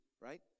right